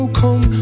come